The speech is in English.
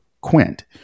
Quint